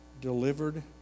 delivered